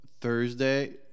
Thursday